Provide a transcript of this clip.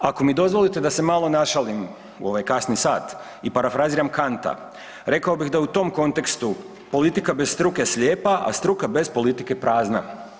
Ako mi dozvolite da se malo našalim u ovaj kasni sat i parafraziram Kanta rekao bih da u tom kontekstu politika bez struke slijepa, a struka bez politike prazna.